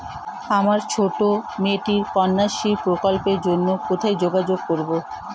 আমার ছোট্ট মেয়েটির কন্যাশ্রী প্রকল্পের জন্য কোথায় যোগাযোগ করব?